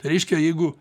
reiškia jeigu